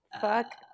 Fuck